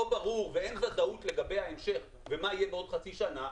ברור ואין ודאות לגבי המשך ומה יהיה בעוד חצי שנה,